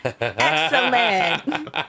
Excellent